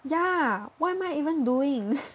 ya what am I even doing